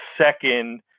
second